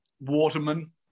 Waterman